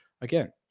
again